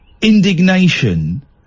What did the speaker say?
indignation